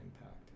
impact